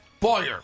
Boyer